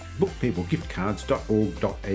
bookpeoplegiftcards.org.au